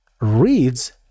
reads